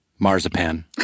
Marzipan